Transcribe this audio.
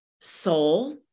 soul